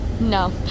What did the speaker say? No